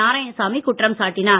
நாராயணசாமி குற்றம் சாட்டினார்